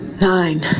nine